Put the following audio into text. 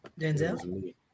Denzel